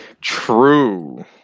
True